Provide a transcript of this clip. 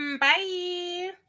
Bye